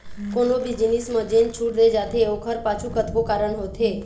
कोनो भी जिनिस म जेन छूट दे जाथे ओखर पाछू कतको कारन होथे